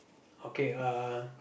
okay uh